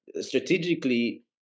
strategically